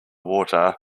water